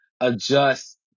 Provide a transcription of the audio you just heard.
adjust